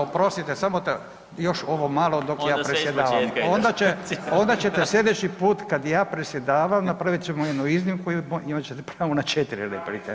Oprostite samo još ovo malo dok ja predsjedavam, onda ćete slijedeći put kad ja predsjedavam napravit ćemo jednu iznimku i imat ćete pravo na 4 replike.